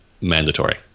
mandatory